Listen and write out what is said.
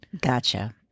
Gotcha